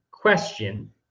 question